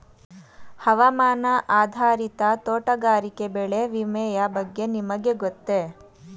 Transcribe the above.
ಹವಾಮಾನ ಆಧಾರಿತ ತೋಟಗಾರಿಕೆ ಬೆಳೆ ವಿಮೆಯ ಬಗ್ಗೆ ನಿಮಗೆ ಗೊತ್ತೇ?